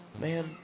Man